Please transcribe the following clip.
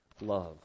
love